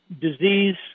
disease